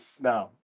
no